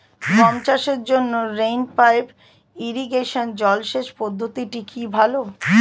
গম চাষের জন্য রেইন পাইপ ইরিগেশন জলসেচ পদ্ধতিটি কি ভালো?